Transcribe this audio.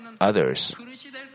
others